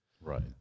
Right